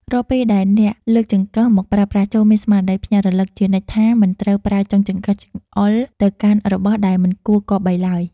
រាល់ពេលដែលអ្នកលើកចង្កឹះមកប្រើប្រាស់ចូរមានស្មារតីភ្ញាក់រលឹកជានិច្ចថាមិនត្រូវឱ្យចុងចង្កឹះចង្អុលទៅកាន់របស់ដែលមិនគួរគប្បីឡើយ។